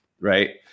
Right